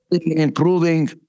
improving